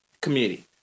community